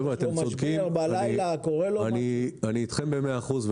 --- אני איתכם במאה אחוז.